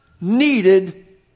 needed